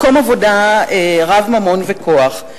מקום עבודה רב ממון וכוח,